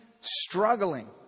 struggling